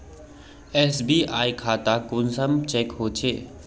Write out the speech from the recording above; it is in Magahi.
एस.बी.आई खाता कुंसम चेक होचे?